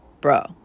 Bro